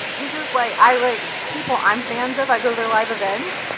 i'm just like. i like. people i'm fans of. i go to their live event.